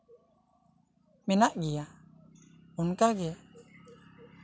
ᱢᱮᱱᱟᱜ ᱜᱮᱭᱟ ᱚᱱᱠᱟᱜᱮ